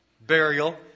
burial